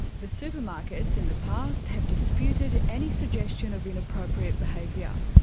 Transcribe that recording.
the supermarkets in the past have disputed any suggestion of inappropriate behaviour.